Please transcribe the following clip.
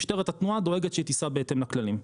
משטרת התנועה דואגת שהיא תיסע בהתאם לכללים.